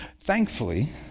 Thankfully